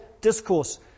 discourse